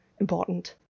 important